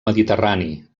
mediterrani